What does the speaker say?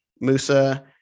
Musa